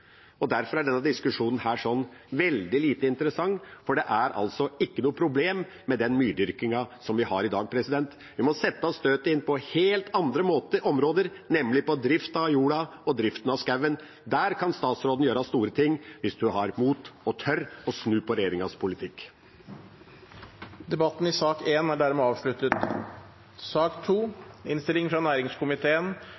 Derfor er denne diskusjonen veldig lite interessant, for det er ikke noe problem med den myrdyrkingen som vi har i dag. Vi må sette inn støtet på helt andre områder, nemlig på driften av jorda og driften av skogen. Der kan statsråden gjøre store ting hvis hun har mot og tør å snu på regjeringas politikk. Flere har ikke bedt om ordet til sak